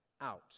out